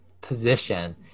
position